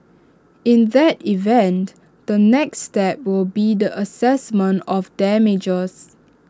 in that event the next step will be the Assessment of damages